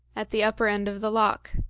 at the upper end of the loch.